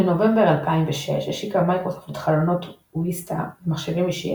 בנובמבר 2006 השיקה מיקרוסופט את חלונות ויסטה למחשבים אישיים